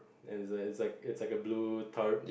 it's like it's like it's like a blue tub